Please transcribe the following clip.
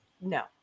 no